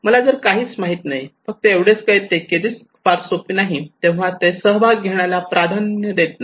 मला जर काहीच माहिती नाही फक्त एवढेच कळते की रिस्क फार सोपी नाही तेव्हा ते सहभाग घेण्याला प्राधान्य देत नाही